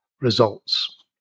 results